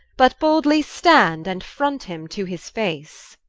but boldly stand, and front him to his face